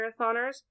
marathoners